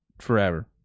forever